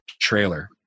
trailer